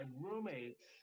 roommates